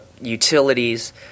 utilities